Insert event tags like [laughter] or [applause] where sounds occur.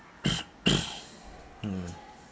[noise] mm